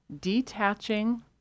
detaching